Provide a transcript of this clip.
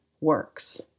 works